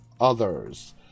others